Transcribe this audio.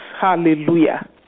Hallelujah